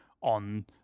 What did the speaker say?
on